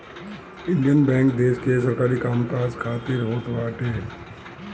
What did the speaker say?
Indian Bank देस के सरकारी काम काज खातिर होत बाटे